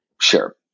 Sure